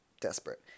desperate